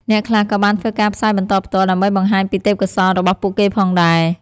អ្នកខ្លះក៏បានធ្វើការផ្សាយបន្តផ្ទាល់ ដើម្បីបង្ហាញពីទេពកោសល្យរបស់ពួកគេផងដែរ។